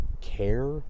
care